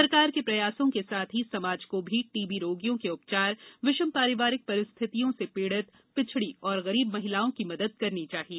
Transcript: सरकार के प्रयासों के साथ ही समाज को भी टीबी रोगियों के उपचार विषम पारवारिक परिस्थतियों से पीड़ित पिछड़ी और गरीब महिलाओं की मदद करनी चाहिए